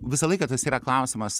visą laiką tas yra klausimas